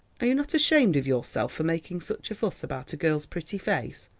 are you not ashamed of yourself for making such a fuss about a girl's pretty face?